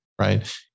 right